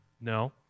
no